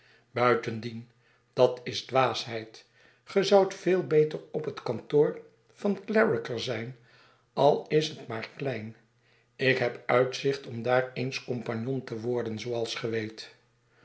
buitendien dat is dwaasheid ge zoudt veel beter op het kantoor van clarriker zijn al is het maar klein ik heb uitzicht om daar eens compagnon te worden zooals ge weet